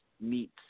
meets